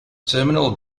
terminal